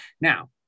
Now